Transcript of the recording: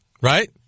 right